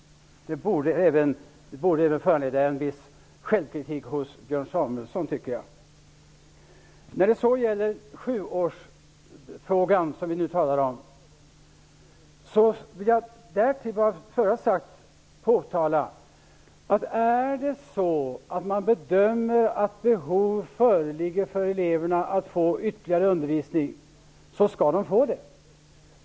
Det borde föranleda en viss självkritik hos Björn Samuelson. När det gäller den undervisning i sju år som vi nu talar om vill jag påpeka följande. Om man bedömer att behov föreligger för eleverna att få ytterligare undervisning, så skall de få det.